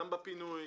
גם בפינוי,